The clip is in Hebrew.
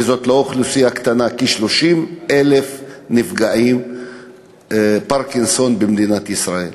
וזאת לא אוכלוסייה קטנה: יש כ-30,000 נפגעי פרקינסון במדינת ישראל,